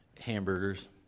hamburgers